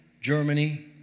Germany